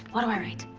what do i write?